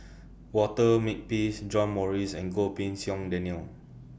Walter Makepeace John Morrice and Goh Pei Siong Daniel